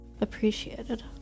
Appreciated